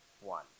one